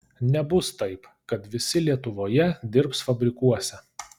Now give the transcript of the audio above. nebus taip kad visi lietuvoje dirbs fabrikuose